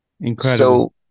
Incredible